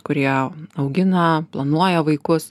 kurie augina planuoja vaikus